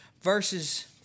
versus